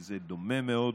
שזה דומה מאוד,